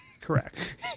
Correct